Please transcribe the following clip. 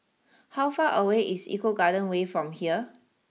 how far away is Eco Garden way from here